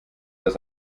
das